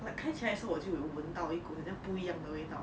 like 开起来时后我就有闻到一股不一样的味道